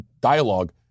dialogue